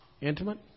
Intimate